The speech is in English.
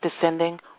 descending